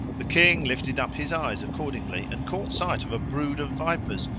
the king lifted up his eyes accordingly and caught sight of a brood of vipers,